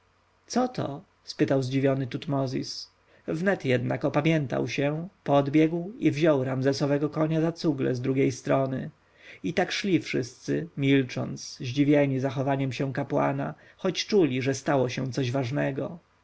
to spytał zdziwiony tutmozis wnet jednak opamiętał się podbiegł i wziął ramzesowego konia za cugle z drugiej strony i tak szli wszyscy milcząc zdziwieni zachowaniem się kapłana choć czuli że stało się coś ważnego